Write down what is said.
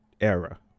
era